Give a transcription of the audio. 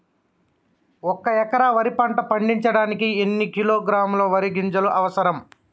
ఒక్క ఎకరా వరి పంట పండించడానికి ఎన్ని కిలోగ్రాముల వరి గింజలు అవసరం?